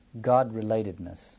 God-relatedness